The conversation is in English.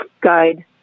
guide